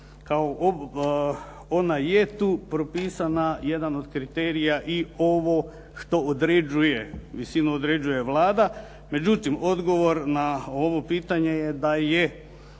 kao ona je tu propisana. Jedan od kriterija i ovo što određuje visinu određuje Vlada. Međutim, odgovor na ovo pitanje je da je